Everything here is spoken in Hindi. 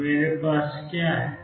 तो मेरे पास क्या है